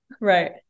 Right